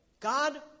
God